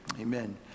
Amen